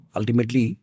ultimately